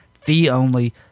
fee-only